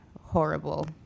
horrible